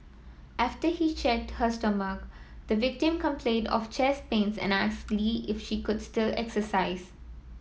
after he checked her stomach the victim complained of chest pains and asked Lee if she could still exercise